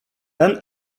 ten